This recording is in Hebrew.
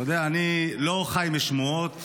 אתה יודע, אני לא חי משמועות.